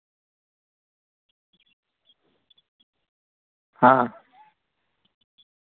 ᱦᱮᱸ